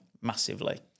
massively